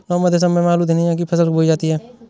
नवम्बर दिसम्बर में आलू धनिया की फसल बोई जाती है?